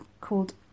called